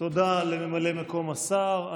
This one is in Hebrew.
תודה לממלא מקום השר.